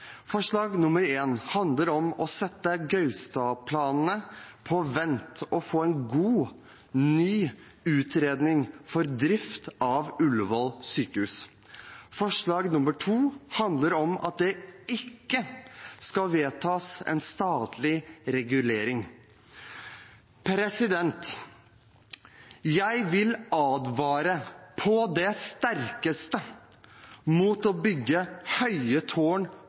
Forslag nr. 1 handler om å sette Gaustad-planene på vent og få en god, ny utredning for drift av Ullevål sykehus. Forslag nr. 2 handler om at det ikke skal vedtas en statlig regulering. Jeg vil advare, på det sterkeste, mot å bygge høye tårn